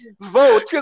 vote